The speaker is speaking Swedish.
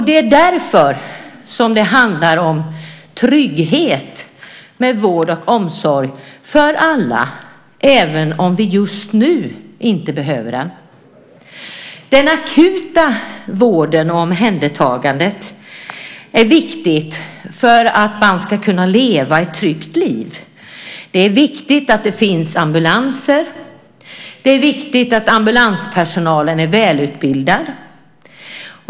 Det är därför vård och omsorg handlar om trygghet för alla, även om vi just nu inte behöver den. Den akuta vården och omhändertagandet är viktigt för att man ska kunna leva ett tryggt liv. Det är viktigt att det finns ambulanser. Det är viktigt att ambulanspersonalen är välutbildad.